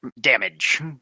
damage